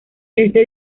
este